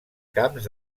camps